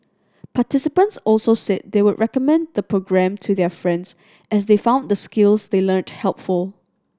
participants also said they would recommend the programme to their friends as they found the skills they learnt helpful